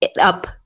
up